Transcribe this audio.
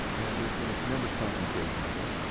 and there's been a tremendous concentration on it.